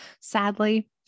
Sadly